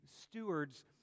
stewards